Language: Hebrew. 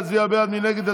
יצביע בעד, מי נגד?